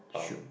should